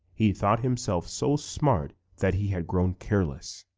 he thought himself so smart that he had grown careless.